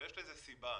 יש לזה סיבה.